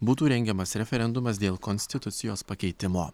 būtų rengiamas referendumas dėl konstitucijos pakeitimo